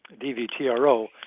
DVTRO